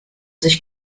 sich